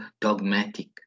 dogmatic